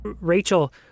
Rachel